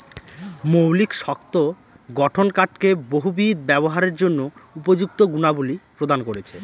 মৌলিক শক্ত গঠন কাঠকে বহুবিধ ব্যবহারের জন্য উপযুক্ত গুণাবলী প্রদান করেছে